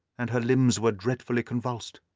and her limbs were dreadfully convulsed.